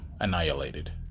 annihilated